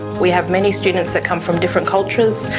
we have many students that come from different cultures,